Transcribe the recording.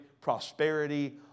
prosperity